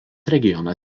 regiono